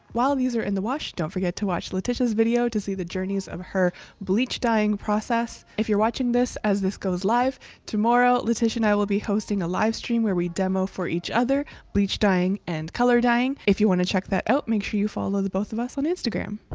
while these are in the wash, don't forget to watch letitia's video to see the journeys of her bleach dyeing process. if you're watching this as this goes live tomorrow, letitia and i will be hosting a live stream where we demo for each other, bleach dyeing and color dyeing. if you want to check that out, make sure you follow the both of us on instagram.